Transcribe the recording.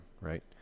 right